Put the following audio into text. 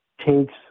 takes